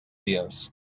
dies